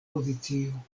pozicio